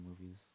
movies